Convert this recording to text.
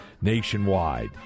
nationwide